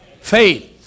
faith